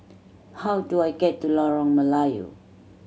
how do I get to Lorong Melayu